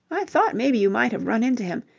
i thought maybe you might have run into him.